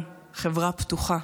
חברה פתוחה